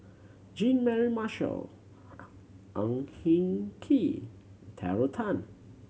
Jean Mary Marshall Ang Hin Kee Terry Tan